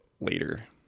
later